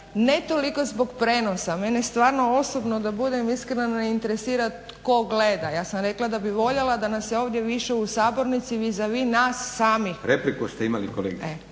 ne toliko zbog prijenosa, mene stvarno osobno da budem iskrena ne interesira tko gleda, ja sam rekla da bi voljela da nas je ovdje više u sabornici vis-a-vis nas samih. **Leko, Josip